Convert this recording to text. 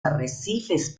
arrecifes